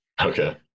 Okay